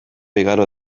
igaro